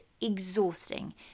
exhausting